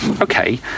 okay